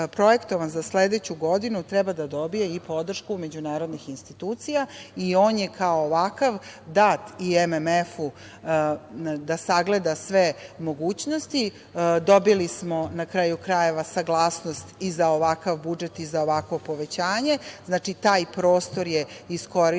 za sledeću godinu, treba da dobije i podršku međunarodnih institucija i on je kao ovakav dat i MMF da sagleda sve mogućnosti. Dobili smo na kraju krajeva saglasnost i za ovakav budžet i za ovakvo povećanje. Znači, taj prostor je iskorišćen